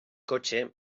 cotxe